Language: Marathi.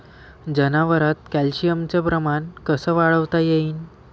जनावरात कॅल्शियमचं प्रमान कस वाढवता येईन?